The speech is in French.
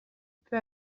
peu